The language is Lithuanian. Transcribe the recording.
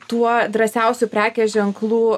tuo drąsiausių prekės ženklų